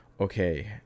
okay